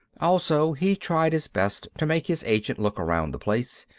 also, he tried his best to make his agent look around the place.